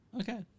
Okay